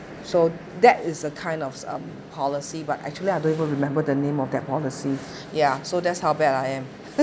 so that is a kind of some policy but actually I don't even remember the name of that policy ya so that's how bad I am